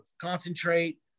concentrate